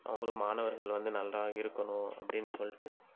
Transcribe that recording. அவங்களும் மாணவர்கள் வந்து நல்லா இருக்கணும் அப்படின்னு சொல்லிட்டு